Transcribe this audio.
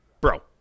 bro